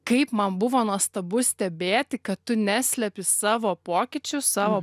kaip man buvo nuostabu stebėti kad tu neslepi savo pokyčių savo